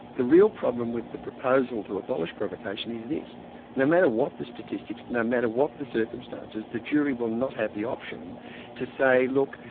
the real problem with the proposal to abolish provocation is this no matter what the statistics, no matter what the circumstances, the jury will not have the option to say, look,